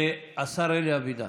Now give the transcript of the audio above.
השר אלי אבידר.